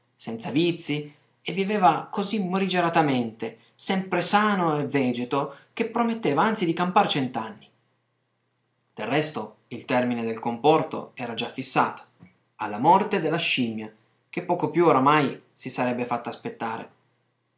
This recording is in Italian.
senza vizii e viveva così morigeratamente sempre sano e vegeto che prometteva anzi di campar cent'anni del resto il termine del comporto era già fissato alla morte della scimmia che poco più ormai si sarebbe fatta aspettare